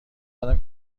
دارم